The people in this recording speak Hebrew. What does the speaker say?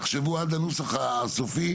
תחשבו על לנוסח הסופי,